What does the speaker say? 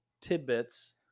tidbits